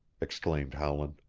exclaimed howland.